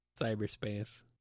cyberspace